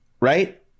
right